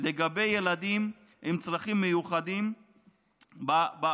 לגבי ילדים עם צרכים מיוחדים בארץ.